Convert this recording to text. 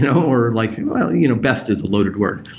you know we're like well, you know best is a loaded word.